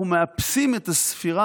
אנחנו מאפסים את הספירה,